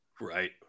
right